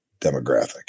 demographic